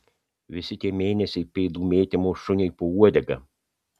visi tie mėnesiai pėdų mėtymo šuniui po uodega